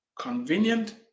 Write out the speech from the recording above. convenient